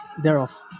thereof